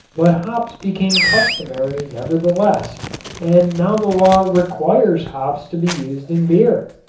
but hops became customary nevertheless and now the law requires hops to be used in beer.